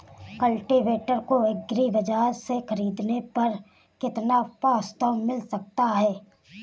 Cultivator को agri बाजार से ख़रीदने पर कितना प्रस्ताव मिल सकता है?